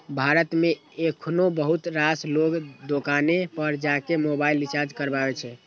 भारत मे एखनो बहुत रास लोग दोकाने पर जाके मोबाइल रिचार्ज कराबै छै